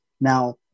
Now